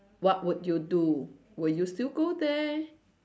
what would you do will you still go there